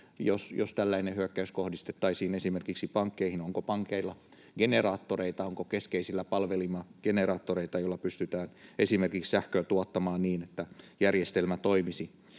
jos tällainen hyökkäys kohdistettaisiin esimerkiksi pankkeihin? Onko pankeilla generaattoreita? Onko keskeisillä palvelimilla generaattoreita, joilla pystytään esimerkiksi sähköä tuottamaan niin, että järjestelmä toimisi?